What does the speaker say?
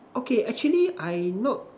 okay actually I not